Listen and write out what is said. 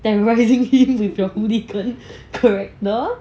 then raising him with your hooligan character